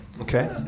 Okay